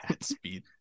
speed